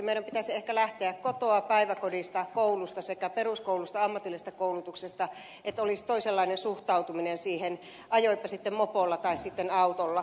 meidän pitäisi ehkä lähteä kotoa päiväkodista koulusta sekä peruskoulusta että ammatillisesta koulutuksesta että olisi toisenlainen suhtautuminen siihen ajoipa sitten mopolla tai autolla